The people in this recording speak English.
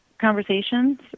conversations